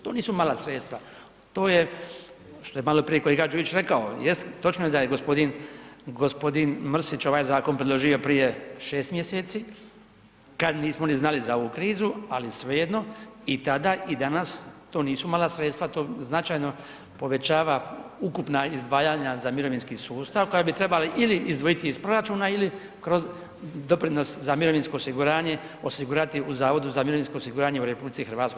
To nisu mala sredstva, to je što je maloprije kolega Đujić rekao, jest, točno je da je g. Mrsić ovaj zakon predložio prije 6 mjeseci kad nismo ni znali za ovu krizu, ali svejedno i tada i danas, to nisu mala sredstva, to značajno povećava ukupna izdvajanja za mirovinski sustav, koja bi trebala ili izdvojiti iz proračuna ili kroz doprinos za mirovinsko osiguranje osigurati u Zavodu za mirovinsko osiguranje u RH.